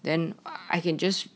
then I can just